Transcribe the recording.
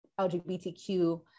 LGBTQ